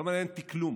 לא מעניין אותי כלום.